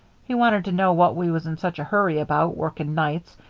he wanted to know what we was in such a hurry about, working nights,